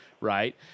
Right